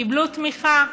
קיבלו תמיכה,